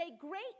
great